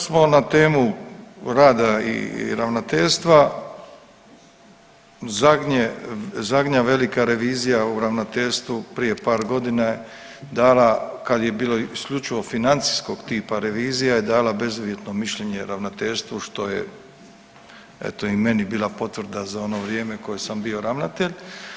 Kad smo na temu rada i ravnateljstva zadnja velika revizija u ravnateljstvu prije par godina dala, kad je isključivo financijskog tipa revizija je dala bezuvjetno mišljenje ravnateljstvu što je eto i meni bila potvrda za ono vrijeme koje sam bio ravnatelj.